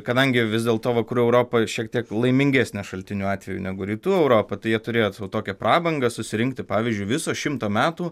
kadangi vis dėl to vakarų europa šiek tiek laimingesnė šaltinių atveju negu rytų europa tai jie turėtų sau tokią prabangą susirinkti pavyzdžiui viso šimto metų